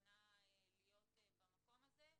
מוכנה להיות במקום הזה.